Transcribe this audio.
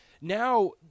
now